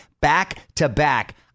back-to-back